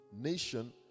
nation